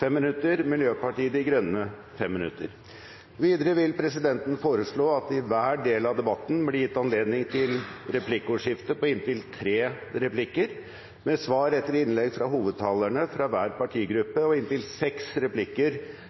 5 minutter og Miljøpartiet De Grønne 5 minutter. Videre vil presidenten foreslå at det i hver del av debatten blir gitt anledning til replikkordskifte på inntil tre replikker med svar etter innlegg fra hovedtalerne fra hver partigruppe og inntil seks replikker